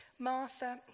Martha